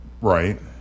Right